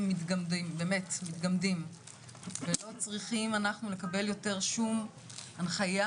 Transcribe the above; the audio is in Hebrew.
מתגמדים ולא צריכים אנחנו לקבל יותר שום הנחיה,